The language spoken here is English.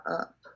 up